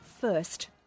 first